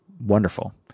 wonderful